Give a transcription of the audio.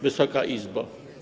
Wysoka Izbo!